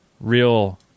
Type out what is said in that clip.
real